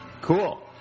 cool